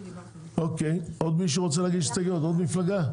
אוקי עוד מישהו רוצה להגיש הסתייגויות עוד מפלגה?